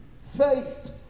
faith